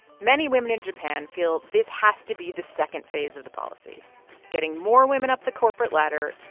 many women in japan feel this has to be the second phase of the policy getting more women up the corporate ladder,